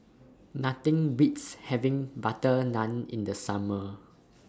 Nothing Beats having Butter Naan in The Summer